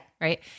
Right